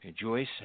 Joyce